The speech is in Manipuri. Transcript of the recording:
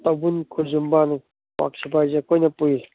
ꯇꯧꯕꯨꯟ ꯈꯣꯏꯖꯨꯃꯥꯟ ꯀ꯭ꯋꯥꯛ ꯁꯤꯐꯥꯏꯁꯨ ꯑꯩꯈꯣꯏꯅ ꯄꯨꯏ